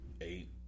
eight